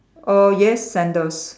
err yes sandals